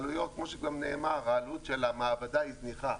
כמו שגם נאמר, עלות המעבדה היא זניחה.